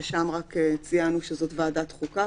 ששם רק ציינו שזאת ועדת החוקה,